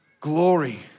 glory